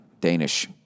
Danish